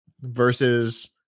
versus